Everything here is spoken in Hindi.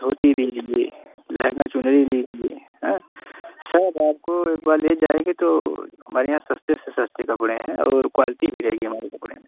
धोती लीजिए लहंगा चुनरी लीजिए हाँ सब आपको एक बार ले जाएँगे तो हमारे यहाँ सस्ते से सस्ते कपड़े हैं और क्वालिटी भी रहेगी हमारे कपड़े में